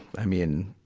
i mean,